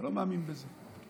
אתה לא מאמין בזה.